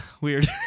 weird